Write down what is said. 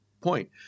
point